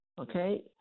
okay